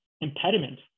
impediment